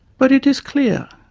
but it is clear,